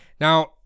Now